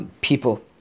people